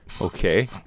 Okay